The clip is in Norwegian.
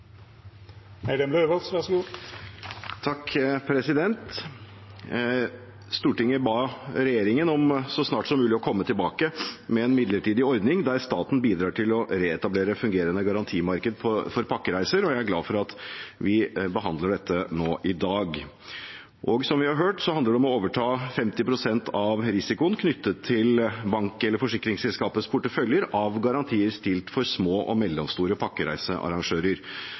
ba regjeringen om så snart som mulig å komme tilbake med en midlertidig ordning der staten bidrar til å reetablere et fungerende garantimarked for pakkereiser, og jeg er glad for at vi behandler dette nå i dag. Som vi har hørt, handler det om å overta 50 pst. av risikoen knyttet til banker eller forsikringsselskapers porteføljer av garantier stilt for små og mellomstore